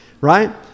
right